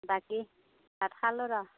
বাকি ভাত খালো ৰ'হ